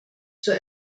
zur